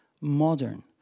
modern